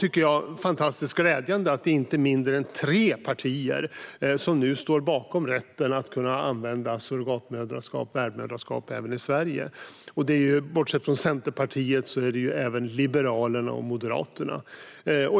Det är fantastiskt glädjande att inte mindre än tre partier i dag står bakom rätten att kunna använda surrogatmoderskap, värdmoderskap, även i Sverige. Utöver Centerpartiet är det Liberalerna och Moderaterna.